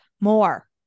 more